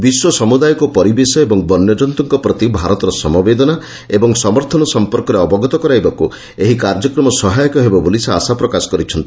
ବିଶ୍ୱ ସମୁଦାୟକୁ ପରିବେଶ ଓ ବନ୍ୟଜନ୍ତୁଙ୍କ ପ୍ରତି ଭାରତର ସମବେଦନା ଓ ସମର୍ଥନ ସମ୍ପର୍କରେ ଅବଗତ କରାଇବାକୁ ଏହି କାର୍ଯ୍ୟକ୍ରମ ସହାୟକ ହେବ ବୋଲି ସେ ଆଶା ପ୍ରକାଶ କରିଛନ୍ତି